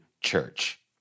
church